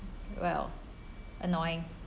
well annoying